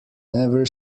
never